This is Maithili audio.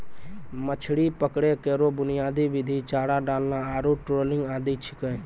मछरी पकड़ै केरो बुनियादी विधि चारा डालना आरु ट्रॉलिंग आदि छिकै